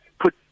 put